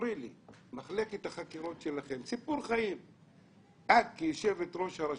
ספרי לי את סיפור החיים של מחלקת חקירות,